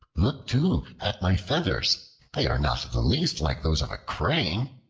look too, at my feathers they are not the least like those of a crane.